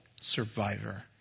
survivor